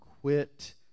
quit